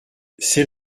c’est